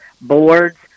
boards